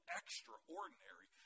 extraordinary